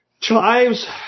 Chives